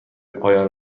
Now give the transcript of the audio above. پایان